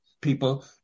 people